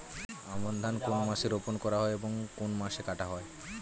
আমন ধান কোন মাসে রোপণ করা হয় এবং কোন মাসে কাটা হয়?